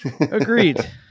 Agreed